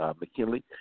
McKinley